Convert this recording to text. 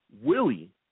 Willie